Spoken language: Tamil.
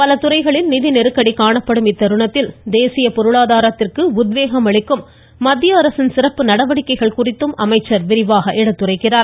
பல துறைகளில் நிதி நெருக்கடி காணப்படும் இத்தருணத்தில் தேசிய பொருளாதாரத்திற்கு உத்வேகம் அளிக்கும் மத்திய அரசின் சிறப்பு நடவடிக்கைகள் குறித்தும் அமைச்சர் விரிவாக எடுத்துரைக்கிறார்